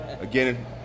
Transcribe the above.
again